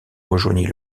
rejoignit